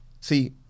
See